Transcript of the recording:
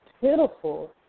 pitiful